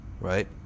right